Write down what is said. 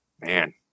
Man